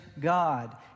God